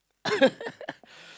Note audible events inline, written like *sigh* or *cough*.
*laughs*